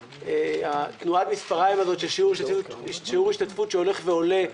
תנועת המספריים הזאת של שיעור השתתפות שהולך ועולה,